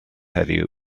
heddiw